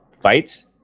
fights